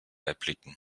erblicken